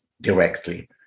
directly